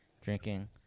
drinking